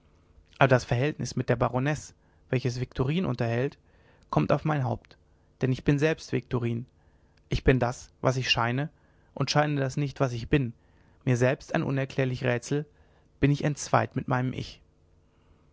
aber das verhältnis mit der baronesse welches viktorin unterhält kommt auf mein haupt denn ich bin selbst viktorin ich bin das was ich scheine und scheine das nicht was ich bin mir selbst ein unerklärlich rätsel bin ich entzweit mit meinem ich